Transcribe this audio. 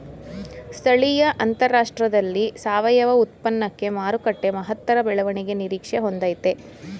ಸ್ಥಳೀಯ ಅಂತಾರಾಷ್ಟ್ರದಲ್ಲಿ ಸಾವಯವ ಉತ್ಪನ್ನಕ್ಕೆ ಮಾರುಕಟ್ಟೆ ಮಹತ್ತರ ಬೆಳವಣಿಗೆ ನಿರೀಕ್ಷೆ ಹೊಂದಯ್ತೆ